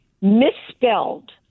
misspelled